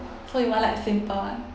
so you want like simple one